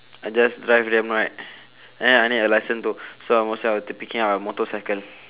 I just drive them right then I need a licence too so most I will t~ picking up a motorcycle